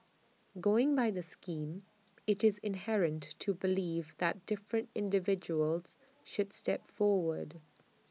going by the scheme IT is inherent to believe that different individuals should step forward